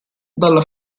dalla